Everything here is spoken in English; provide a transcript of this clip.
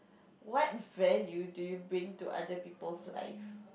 what value do you bring to other people's life